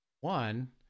One